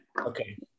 Okay